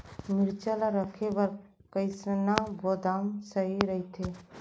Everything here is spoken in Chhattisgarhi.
मिरचा ला रखे बर कईसना गोदाम सही रइथे?